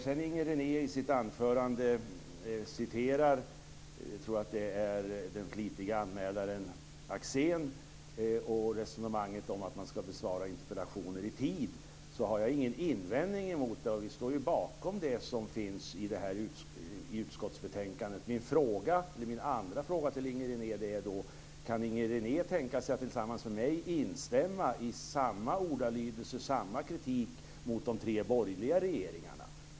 Den Inger René citerade i sitt anförande är väl den flitige anmälaren Axén. I fråga om resonemanget om att besvara interpellationer i tid har jag inga invändningar. Vi står ju bakom det som sägs i utskottsbetänkandet. Min andra fråga till Inger René blir: Kan Inger René tänka sig att tillsammans med mig instämma i samma ordalydelse, samma kritik, riktad mot de tre borgerliga regeringarna?